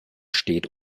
steht